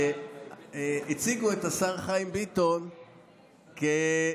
והציגו את השר חיים ביטון כיליד